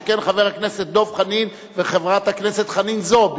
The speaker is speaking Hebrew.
שכן חבר הכנסת דב חנין וחברת הכנסת חנין זועבי,